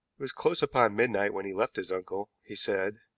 was close upon midnight when he left his uncle, he said,